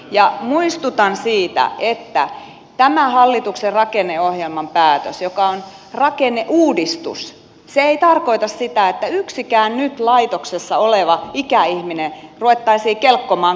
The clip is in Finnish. ja muistutan siitä että tämä hallituksen rakenneohjelman päätös joka on rakenneuudistus ei tarkoita sitä että yhtäkään nyt laitoksessa olevaa ikäihmistä ruvettaisiin kelkkomaan kotiinsa takaisin